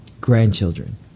grandchildren